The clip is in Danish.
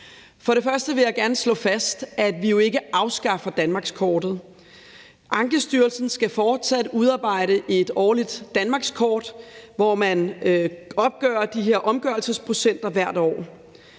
For det første vil jeg gerne slå fast, at vi jo ikke afskaffer danmarkskortet. Ankestyrelsen skal fortsat udarbejde et årligt danmarkskort, hvor man opgør de her omgørelsesprocenter hvert år.